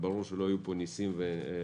ברור שלא יהיו פה ניסים ונפלאות.